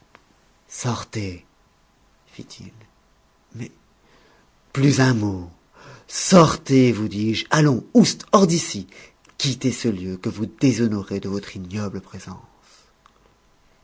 sortez fit-il mais plus un mot sortez vous dis-je allons oust hors d'ici quittez ce lieu que vous déshonorez de votre ignoble présence